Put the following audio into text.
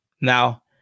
Now